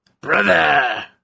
brother